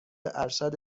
ارشد